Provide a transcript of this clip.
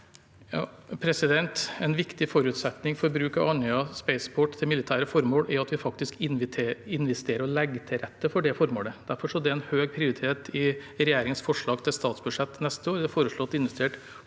En viktig for- utsetning for bruk av Andøya Spaceport til militære formål er at vi faktisk investerer og legger til rette for det formålet. Derfor er det en høy prioritet i regjeringens forslag til statsbudsjett neste år.